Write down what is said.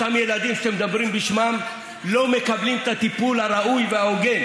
אותם ילדים שאתם מדברים בשמם לא מקבלים את הטיפול הראוי וההוגן,